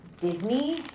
Disney